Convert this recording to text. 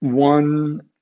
one